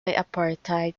apartheid